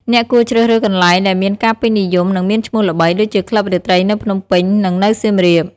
អ្នកគួរជ្រើសរើសកន្លែងដែលមានការពេញនិយម និងមានឈ្មោះល្បី ដូចជាក្លឹបរាត្រីនៅភ្នំពេញ និងនៅសៀមរាប ។